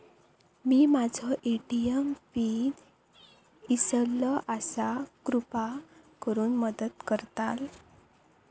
मी माझो ATM PIN इसरलो आसा कृपा करुन मदत करताल